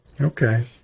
okay